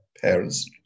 parents